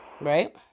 right